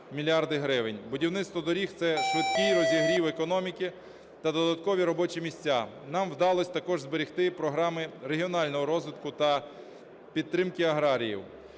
Будівництво доріг – це швидкий розігрів економіки та додаткові робочі місця. Нам вдалося також зберегти програми регіонального розвитку та підтримки аграріїв.